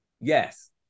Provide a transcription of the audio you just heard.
Yes